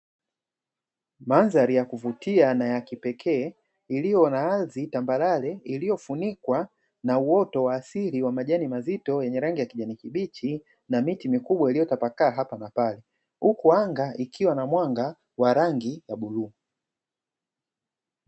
Mandhari ya kuvutia na ya kipekee, iliyo na ardhi tambarare iliyofunikwa na uoto wa asili wa majani mazito yenye rangi ya kijani kibichi na miti mikubwa iliyotapakaa hapa na pale, huku anga likiwa na mwanga wa rangi ya buluu.